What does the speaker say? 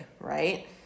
Right